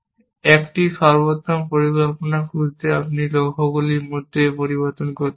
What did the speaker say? একটি সর্বোত্তম পরিকল্পনা খুঁজতে আপনি লক্ষ্যগুলির মধ্যে পরিবর্তন করতে পারেন